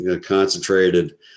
concentrated